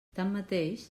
tanmateix